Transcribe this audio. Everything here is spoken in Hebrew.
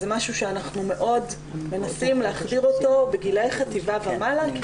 זה משהו שאנחנו מאוד מנסים להחדיר אותו בגילי חטיבה ומעלה כי